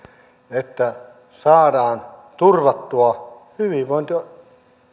että saadaan turvattua hyvinvointivaltio